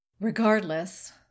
Regardless